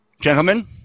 gentlemen